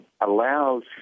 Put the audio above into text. allows